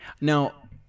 Now